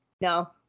no